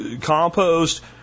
compost